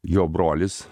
jo brolis